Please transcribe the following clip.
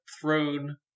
throne